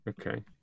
Okay